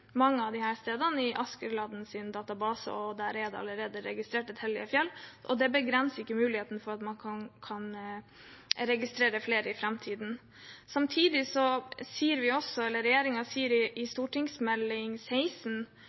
mange av disse stedene allerede er registrert i databasen Askeladden. Der er det allerede registrert et hellig fjell, og det begrenser ikke muligheten for at man kan registrere flere i framtiden. Samtidig sier regjeringen i Meld. St. 16 for 2019–2020, Nye mål i kulturmiljøpolitikken, at man også